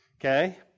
Okay